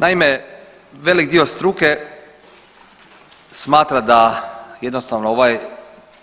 Naime, velik dio struke smatra da jednostavno ovaj